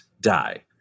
die